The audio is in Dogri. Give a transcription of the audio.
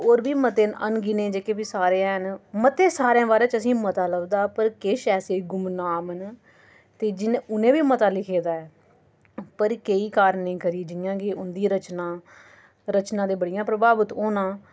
होर बी मते न अनगिने जेह्के बी साढ़े हैन मते सारे बारे च असें गी मता लभदा ऐ पर किश ऐसे गुमनाम न ते उ'नें बी मता लिखे दा ऐ पर केईं कारणें करी जि'यां कि उं'दी रचना न रचना ते बड़ियां प्रभावत होना